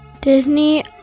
Disney